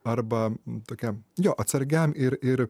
arba tokiam jo atsargiam ir ir